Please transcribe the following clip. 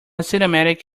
cinematic